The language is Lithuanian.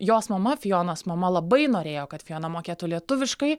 jos mama fijonos mama labai norėjo kad fijona mokėtų lietuviškai